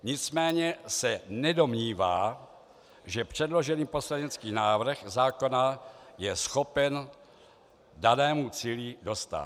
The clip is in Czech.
Nicméně se nedomnívá, že předložený poslanecký návrh zákona je schopen danému cíli dostát.